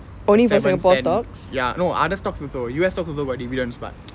O seven cents ya no other stocks also U_S stocks also got dividends but